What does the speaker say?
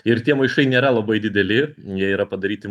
ir tie maišai nėra labai dideli jie yra padaryti